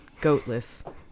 goatless